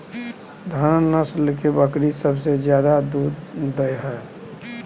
कोन नस्ल के बकरी सबसे ज्यादा दूध दय हय?